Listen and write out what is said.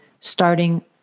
starting